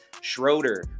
Schroeder